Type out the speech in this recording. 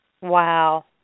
Wow